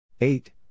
eight